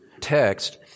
text